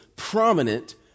prominent